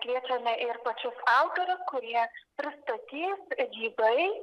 kviečiame ir pačius autorius kurie pristatys gyvai